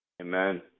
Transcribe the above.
Amen